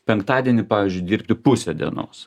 penktadienį pavyzdžiui dirbti pusę dienos